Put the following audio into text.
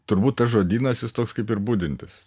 turbūt tas žodynas jis toks kaip ir budintis